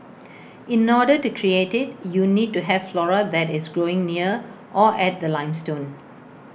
in order to create IT you need to have flora that is growing near or at the limestone